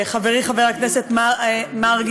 חברי חבר הכנסת מרגי,